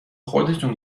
خودتون